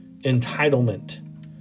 entitlement